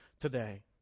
today